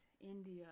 India